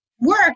work